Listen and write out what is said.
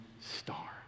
star